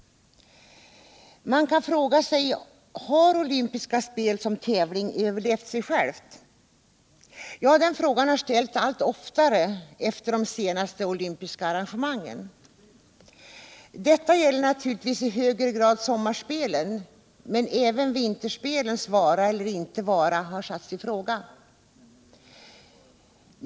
Har olympiska spel som tävling överlevt sig själva? Den frågan har ställts allt oftare efter de senaste olympiska arrangemangen. Detta gäller naturligtvis i högre grad sommarspelen, men även vinterspelens vara eller inte vara har salts i fråga.